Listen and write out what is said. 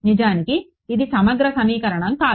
నిజానికి ఇది సమగ్ర సమీకరణం కాదు